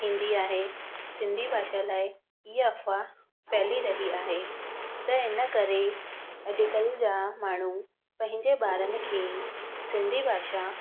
थींदी आहे सिंधी भाषा लाइ इहो अफ़वाह फ़ैली रही आहे त इन करे अॼु कल्ह जा माण्हू पंहिंजे ॿारनि खे सिंधी भाषा